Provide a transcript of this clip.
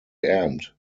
end